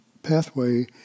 pathway